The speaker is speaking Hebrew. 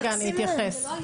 אני אתייחס.